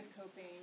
coping